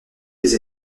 les